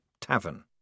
tavern